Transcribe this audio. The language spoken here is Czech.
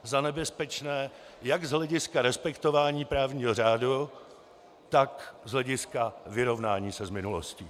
Za nebezpečné jak z hlediska respektování právního řádu, tak z hlediska vyrovnání se s minulostí.